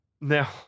Now